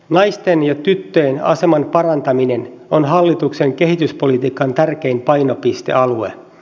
naisten ja tyttöjen aseman parantaminen on hallituksen kehityspolitiikan tärkein painopistealue